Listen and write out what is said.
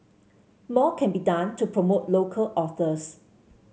more can be done to promote local authors